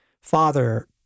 father